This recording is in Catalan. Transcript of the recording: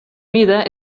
mida